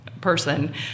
person